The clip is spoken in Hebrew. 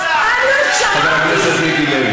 חבר הכנסת מיקי לוי.